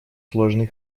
сложный